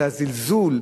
על הזלזול,